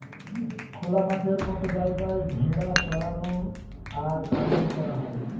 খোলা মাঠের মত জায়গায় ভেড়া চরানো আর লালন করা হয়